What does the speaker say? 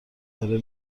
داره